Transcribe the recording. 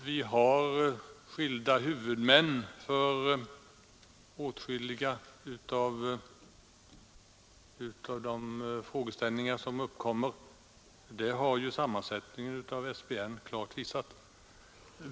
det förhållandet att vi har skilda huvudmän för behandling av åtskilliga av de frågeställningar som uppkommer — det har sammansättningen av SBN klart visat.